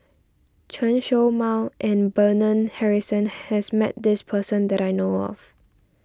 Chen Show Mao and Bernard Harrison has met this person that I know of